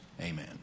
amen